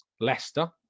Leicester